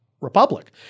republic